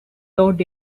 load